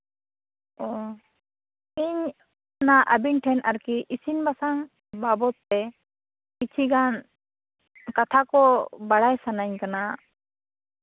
ᱚᱻ ᱤᱧ ᱚᱱᱟ ᱟᱵᱤᱱ ᱴᱷᱮᱱ ᱟᱨᱠᱤ ᱤᱥᱤᱱ ᱵᱟᱥᱟᱝ ᱵᱟᱵᱚᱫ ᱛᱮ ᱠᱤᱪᱷᱤ ᱜᱟᱱ ᱠᱟᱛᱷᱟ ᱠᱚ ᱵᱟᱲᱟᱭ ᱥᱟᱱᱟᱧ ᱠᱟᱱᱟ